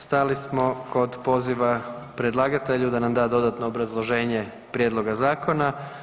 Stali smo kod poziva predlagatelju da nam da dodatno obrazloženje prijedloga zakona.